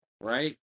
right